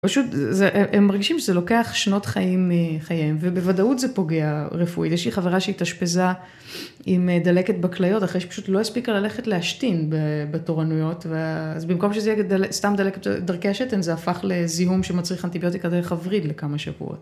פשוט הם מרגישים שזה לוקח שנות חיים מחייהם, ובוודאות זה פוגע רפואית. יש לי חברה שהתאשפזה עם דלקת בכליות, אחרי שהיא פשוט לא הספיקה ללכת להשתין בתורנויות, אז במקום שזה יהיה סתם דלקת דרכי השתן, זה הפך לזיהום שמצריך אנטיביוטיקה דרך הוריד לכמה שבועות.